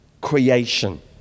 creation